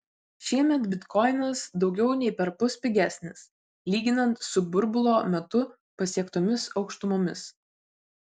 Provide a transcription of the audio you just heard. šiemet bitkoinas daugiau nei perpus pigesnis lyginant su burbulo metu pasiektomis aukštumomis